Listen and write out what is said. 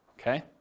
okay